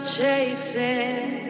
chasing